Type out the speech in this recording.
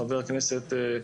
חבר הכנסת,